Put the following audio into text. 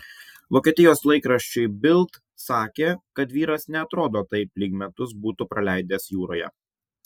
vokietijos laikraščiui bild sakė kad vyras neatrodo taip lyg metus būtų praleidęs jūroje